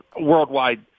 worldwide